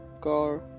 car